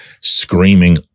screaming